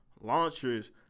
launchers